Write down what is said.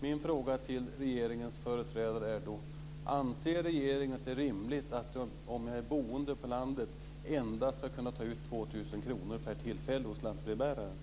Min fråga till regeringens företrädare är då: Anser regeringen att det är rimligt att jag, om jag är boende på landet, endast ska kunna ta ut 2 000 kr per tillfälle hos lantbrevbäraren?